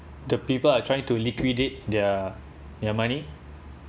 the people are trying to liquidate their their money